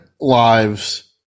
lives